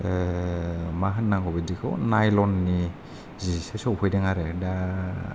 मा होननांगौ बिदिखौ नायलननि जिसो सफैदों आरो दा